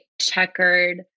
checkered